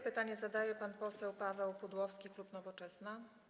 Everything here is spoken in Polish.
Pytanie zadaje pan poseł Paweł Pudłowski, klub Nowoczesna.